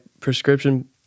prescription